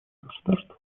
государств